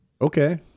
Okay